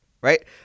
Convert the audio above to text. right